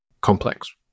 complex